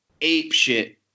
apeshit